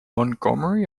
montgomery